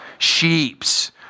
sheeps